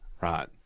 right